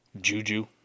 Juju